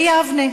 ביבנה.